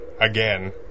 again